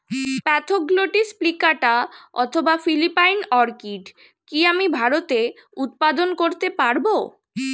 Spathoglottis plicata অথবা Philippine orchid কি আমি ভারতে উৎপাদন করতে পারবো?